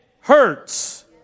hurts